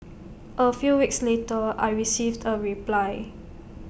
A few weeks later I received A reply